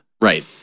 right